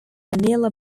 manila